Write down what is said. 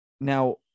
Now